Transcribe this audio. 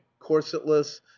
corsetless